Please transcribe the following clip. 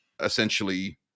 essentially